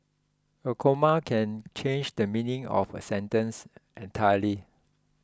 a comma can change the meaning of a sentence entirely